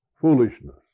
foolishness